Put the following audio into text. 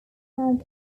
hand